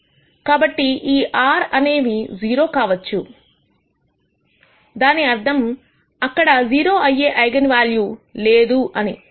కాబట్టి ఈ r అనేవి 0 కావచ్చు దాని అర్థం అక్కడ 0 అయ్యే ఐగన్ వాల్యూ లేదు అని